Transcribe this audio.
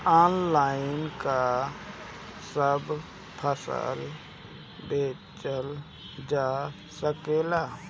Online का सब फसल बेचल जा सकेला?